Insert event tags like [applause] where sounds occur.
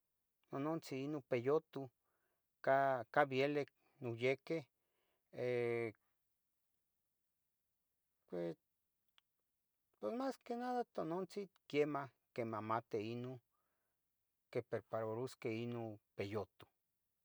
Nonantzi ino peyutu, ca, ca bielic, noyeque, [hesitation] pue, pues mas que nada tonontzin quiemah quimahmati ino, quiprepararusqueh ino peyutu.